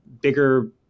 bigger